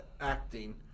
acting